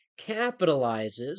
capitalizes